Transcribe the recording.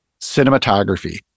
cinematography